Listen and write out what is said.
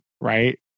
right